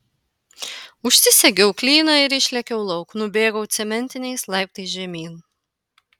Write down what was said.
užsisegiau klyną ir išlėkiau lauk nubėgau cementiniais laiptais žemyn